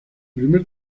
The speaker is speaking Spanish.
primera